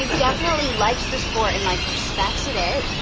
ah definitely liked the sport and like respected it,